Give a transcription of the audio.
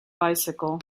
bicycle